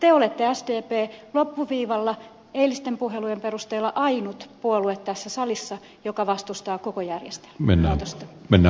te olette sdp loppuviivalla eilisten puhelujen perusteella ainut puolue tässä salissa joka vastustaa koko järjestelmämuutosta